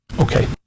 Okay